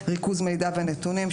ריכוז מידע ונתונים,